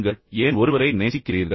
நீங்கள் ஏன் ஒருவரை நேசிக்கிறீர்கள்